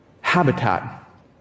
habitat